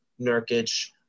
Nurkic